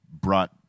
brought